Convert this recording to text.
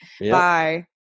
bye